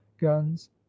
guns